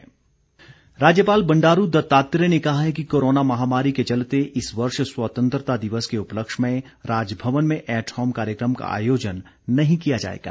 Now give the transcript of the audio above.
राज्यपाल राज्यपाल बंडारू दत्तात्रेय ने कहा है कि कोरोना महामारी के चलते इस वर्ष स्वतंत्रता दिवस के उपलक्ष्य में राजभवन में ऐट होम कार्यक्रम का आयोजन नहीं किया जाएगा